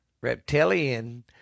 reptilian